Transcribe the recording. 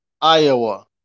Iowa